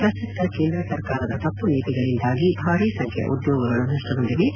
ಪ್ರಸಕ್ತ ಕೇಂದ್ರ ಸರ್ಕಾರದ ತಪ್ಪು ನೀತಿಗಳಿಂದಾಗಿ ಭಾರಿ ಸಂಖ್ಲೆಯ ಉದ್ಲೋಗಗಳು ನಷ್ಸಗೊಂಡಿವೆ